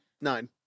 Nine